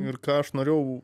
ir ką aš norėjau